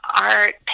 art